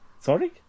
Sorry